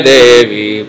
Devi